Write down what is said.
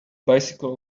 bicycle